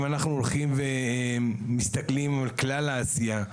אם אנחנו הולכים ומסתכלים על כלל העשייה,